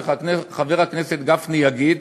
וחבר הכנסת גפני יגיד